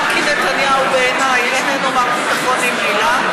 גם כי נתניהו בעיניי איננו מר ביטחון ממילא,